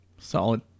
Solid